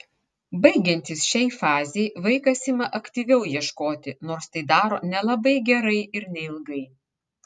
baigiantis šiai fazei vaikas ima aktyviau ieškoti nors tai daro nelabai gerai ir neilgai